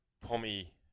Pommy